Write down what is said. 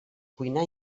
cuinar